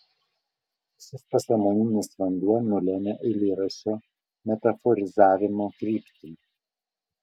šis pasąmoninis vanduo nulemia eilėraščio metaforizavimo kryptį